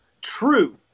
true